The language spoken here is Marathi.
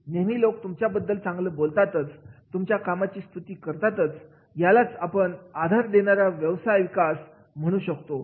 नेहमी लोक तुमच्याबद्दल चांगलं बोलतात तुमच्या कामाची स्तुती करतात यालाच आपण आधार देणारा व्यावसायिक विकास म्हणू शकतो